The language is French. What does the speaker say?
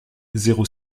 zéro